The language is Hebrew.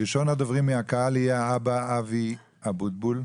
ראשון הדוברים מהקהל יהיה האבא אבי אבוטבול.